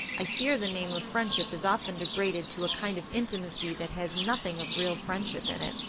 i fear the name of friendship is often degraded to a kind of intimacy that has nothing of real friendship in it.